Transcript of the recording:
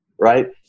Right